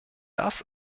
das